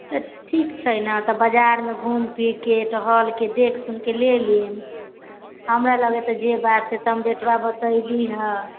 से ठीक छै नऽ तऽ बजार मे घूम फिर के टहल के देख सुन के ले लेब हमरा लगे तऽ जे बात हम जतबा बतैलि कहली हऽ